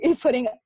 putting